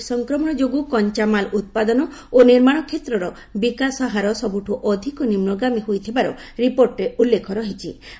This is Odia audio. କୋବିଡ୍ ସଂକ୍ରମଣ ଯୋଗୁଁ କଞ୍ଚାମାଲ୍ ଉତ୍ପାଦନ ଓ ନିର୍ମାଣ କ୍ଷେତ୍ରର ବିକାଶ ହାର ସବୁଠୁ ଅଧିକ ନିମ୍ବଗାମୀ ହୋଇଥିବାର ରିପୋର୍ଟରେ ଉଲ୍ଲେଖ ରହିଛି